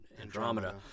Andromeda